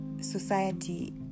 society